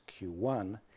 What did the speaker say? q1